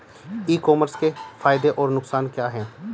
ई commerce के फायदे और नुकसान क्या हैं?